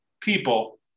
people